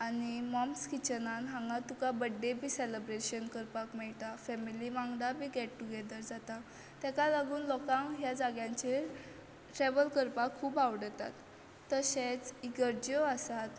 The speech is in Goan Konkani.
आनी मॉम्स किचनान हांगा तुका बड्डे सेलेब्रेशन करपाक मेळटा फेमिली वांगडा बी गेट टुगेदर जाता तेका लागून लोकांक ह्या जाग्यांचेर ट्रेव्हल करपाक खूब आवडटात तशेंच इगर्ज्यो आसात